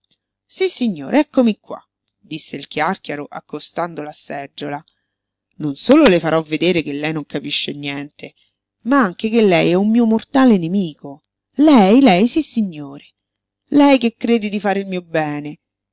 niente sissignore eccomi qua disse il chiàrchiaro accostando la seggiola non solo le farò vedere che lei non capisce niente ma anche che lei è un mio mortale nemico lei lei sissignore lei che crede di fare il mio bene